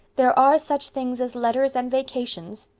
there are such things as letters and vacations.